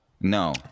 No